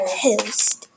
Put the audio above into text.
host